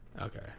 Okay